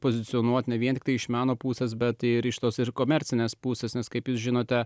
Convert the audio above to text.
pozicionuoti ne vien iš meno pusės bet ir iš tos ir komercinės pusės nes kaip jūs žinote